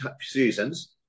seasons